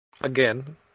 again